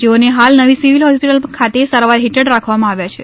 જેઓને હાલ નવી સિવિલ હોસ્પિટલ ખાતે સારવાર હેઠળ રાખવામાં આવ્યા છે